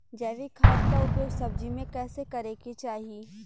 जैविक खाद क उपयोग सब्जी में कैसे करे के चाही?